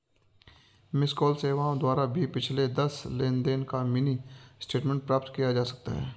miss call सेवाओं द्वारा भी पिछले दस लेनदेन का मिनी स्टेटमेंट प्राप्त किया जा सकता है